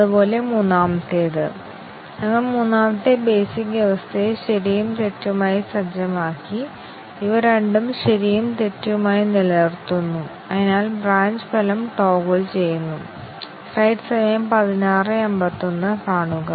അതിനാൽ ഞങ്ങളുടെ കവറേജിൽ ഞങ്ങളുടെ ക്രമീകരണം ശരിയോ തെറ്റോ ആണെങ്കിൽ ഈ കംപൈലറുമായി ഞങ്ങൾക്ക് വലിയ അർത്ഥമില്ല കാരണം അത് ഉപയോഗിക്കില്ല